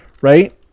right